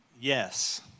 yes